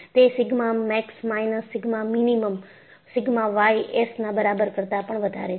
તે sigma max minus sigma minimum sigma Y S ના બરાબર કરતાં પણ વધારે છે